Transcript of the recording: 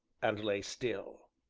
and lay still.